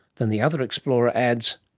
then the other explorer adds,